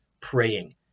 praying